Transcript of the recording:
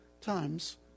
times